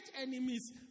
enemies